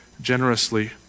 generously